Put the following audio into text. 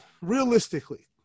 realistically